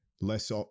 less